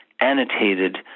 annotated